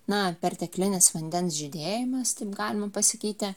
na perteklinis vandens žydėjimas taip galima pasakyti